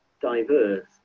diverse